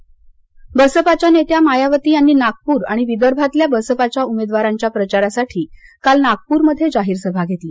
मायावती बसपाच्या नेत्या मायावती यांनी नागपूर आणि विदर्भातल्या बसपाच्या उमेदवारांच्या प्रचारासाठी काल नागपूरमध्ये जाहीर सभा घेतली